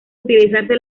utilizarse